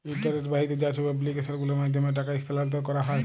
ইলটারলেট বাহিত যা ছব এপ্লিক্যাসল গুলার মাধ্যমে টাকা ইস্থালাল্তর ক্যারা হ্যয়